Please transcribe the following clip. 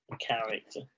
Character